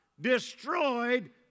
Destroyed